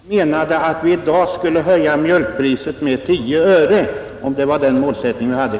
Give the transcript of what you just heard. Herr talman! Jag har självfallet inte anledning att polemisera mot herr Kristianssons i Harplinge hovsamma anförande, Han frågade mig emellertid om vi 1967 hade som målsättning att vi i dag skulle höja mjölkpriset med 10 öre, Nej, herr Kristiansson, det hade